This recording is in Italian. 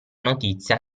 notizia